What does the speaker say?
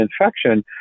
infection